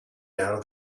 now